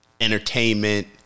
entertainment